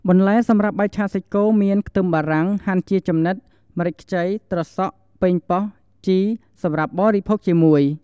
បន្លែសម្រាប់បាយឆាសាច់គោមាន ខ្ទឹមបារាំង ហាន់ជាចំណិត ម្រេចខ្ចី ត្រសក់ ប៉េងប៉ោះ ជីរ (សម្រាប់បរិភោគជាមួយ)។